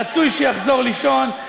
רצוי שיחזור לישון,